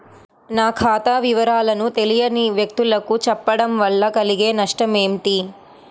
నా ఖాతా వివరాలను తెలియని వ్యక్తులకు చెప్పడం వల్ల కలిగే నష్టమేంటి?